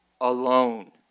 Alone